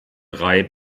drei